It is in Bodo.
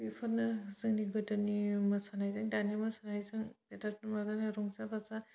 बेफोरनो जोंनि गोदोनि मोसानायजों दानि मोसानायजों बिराथ माबाना रंजा बाजा